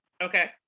Okay